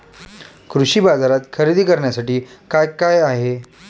कृषी बाजारात खरेदी करण्यासाठी काय काय आहे?